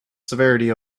severity